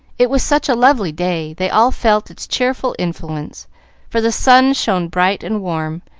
it was such a lovely day, they all felt its cheerful influence for the sun shone bright and warm,